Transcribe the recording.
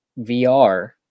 VR